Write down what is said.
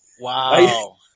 Wow